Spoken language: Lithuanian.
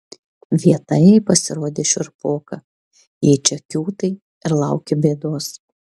vieta jai pasirodė šiurpoka jei čia kiūtai ir lauki bėdos